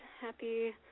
happy